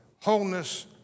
Wholeness